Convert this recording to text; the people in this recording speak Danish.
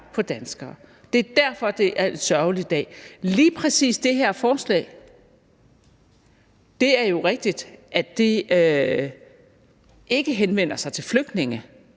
på danskere. Det er derfor, det er en sørgelig dag. Med hensyn til lige præcis det her forslag er det jo rigtigt, at det ikke henvender sig til flygtninge,